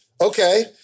Okay